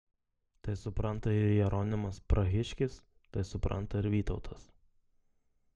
tai supranta ir jeronimas prahiškis tai supranta ir vytautas